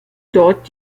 dort